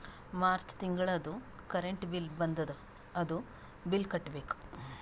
March ತಿಂಗಳದೂ current bill ಬಂದದ, ಅದೂ ಬಿಲ್ ಕಟ್ಟಬೇಕ್